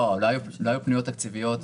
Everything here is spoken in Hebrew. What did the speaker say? לא היו פניות תקציביות.